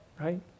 right